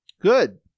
Good